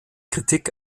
kritik